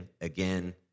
again